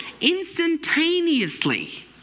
instantaneously